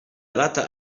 data